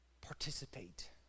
participate